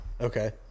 Okay